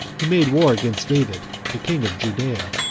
he made war against david, the king of judea,